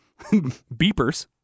Beepers